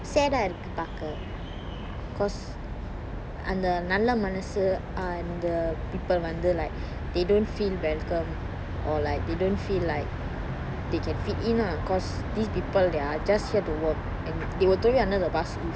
sad ah இருக்கு பாக்க:irukku pakka cause அந்த நல்ல மனசு அந்த:antha nalla manasu antha people வந்து:vanthu like they don't feel welcome or like they don't feel like they can fit in lah cause these people they are just here to work and they were told another baskush